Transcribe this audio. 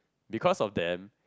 because of them